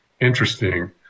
interesting